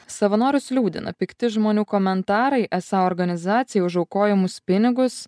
savanorius liūdina pikti žmonių komentarai esą organizacija už aukojamus pinigus